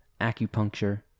acupuncture